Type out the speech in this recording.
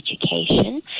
education